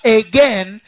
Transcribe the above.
again